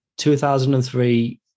2003